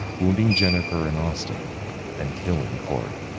wounding jennifer and austin and killing corey.